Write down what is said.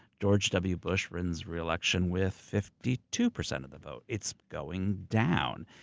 george w. bush wins re-election with fifty two percent of the vote. it's going down.